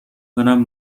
کنم